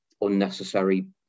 unnecessary